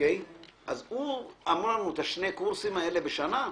יש לו שני קורסים בשנה,